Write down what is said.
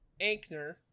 Ankner